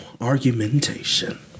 argumentation